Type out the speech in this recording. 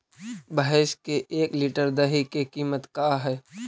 भैंस के एक लीटर दही के कीमत का है?